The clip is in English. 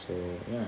so ya